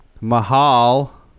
Mahal